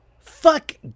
Fuck